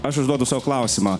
aš užduodu sau klausimą